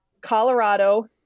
Colorado